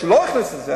הוא לא הכניס את זה,